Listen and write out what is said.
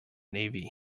navy